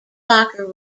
locker